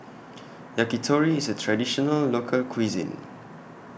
Yakitori IS A Traditional Local Cuisine